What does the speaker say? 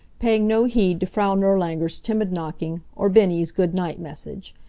paying no heed to frau nirlanger's timid knocking, or bennie's good-night message.